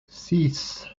six